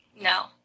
No